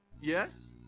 Yes